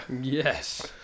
Yes